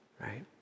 Right